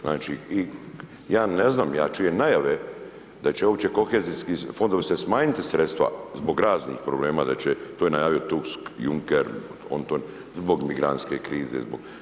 Znači i ja ne znam, ja čujem najave da će uopće kohezijski fondovi se smanjiti sredstva zbog raznih problema, da će, to je najavio Tusk, Juncker, on to, zbog migrantske krize, zbog.